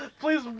Please